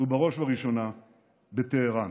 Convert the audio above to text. ובראש ובראשונה בטהראן.